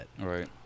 Right